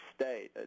state